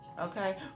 okay